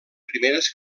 primeres